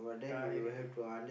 die already